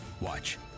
watch